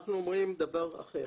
אנחנו אומרים דבר אחר,